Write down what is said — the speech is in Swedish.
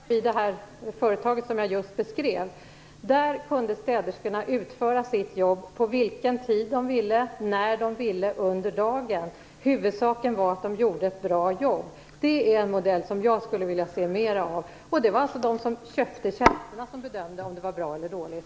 Herr talman! Jag kan hålla mig till det företag som jag just beskrev. Där kunde städerskorna utföra sitt jobb på vilken tid de ville under dagen. Huvudsaken var att de gjorde ett bra jobb. Det är en modell som jag skulle vilja se mer av. Det var alltså de som köpte tjänsterna som bedömde om det var bra eller dåligt.